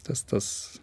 tas tas